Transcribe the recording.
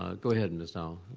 um go ahead, and ms. dowell.